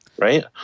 Right